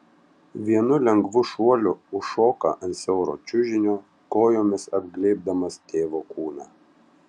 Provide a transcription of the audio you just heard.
vienu lengvu šuoliu užšoka ant siauro čiužinio kojomis apglėbdamas tėvo kūną